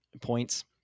points